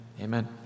Amen